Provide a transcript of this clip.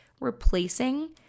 replacing